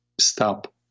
stop